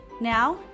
Now